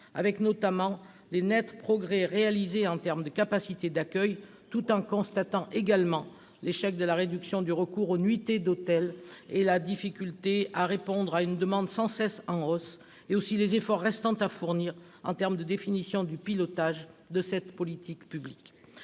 notamment, les nets progrès réalisés en termes de capacités d'accueil, tout en constatant également l'échec de la réduction du recours aux nuitées d'hôtel, la difficulté à répondre à une demande sans cesse en hausse, mais aussi les efforts restant à fournir en termes de définition du pilotage de cette politique publique.